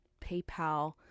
PayPal